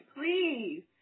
please